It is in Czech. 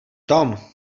tom